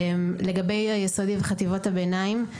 לגבי היסודי וחטיבות הביניים,